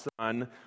Son